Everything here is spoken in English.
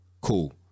cool